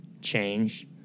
change